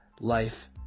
life